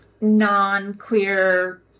non-queer